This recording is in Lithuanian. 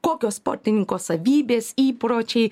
kokios sportininko savybės įpročiai